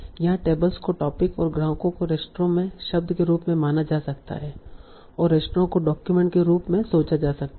यहाँ टेबल्स को टोपिक और ग्राहकों को रेस्तरां में शब्द के रूप में माना जा सकता है और रेस्तरां को डॉक्यूमेंट के रूप में सोचा जा सकता है